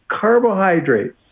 carbohydrates